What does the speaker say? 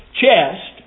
chest